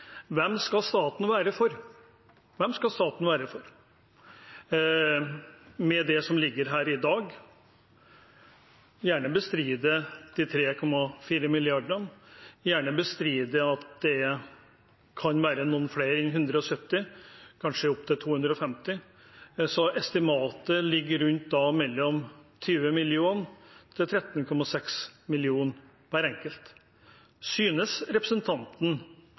Hvem skal staten være for? Hvem skal staten være for – med det som ligger her i dag? En må gjerne bestride de 3,4 milliardene, gjerne bestride at det kan være noen flere enn 170 – kanskje opptil 250, så estimatet ligger da rundt mellom 20 mill. kr og 13,6 mill. kr til hver enkelt. Synes representanten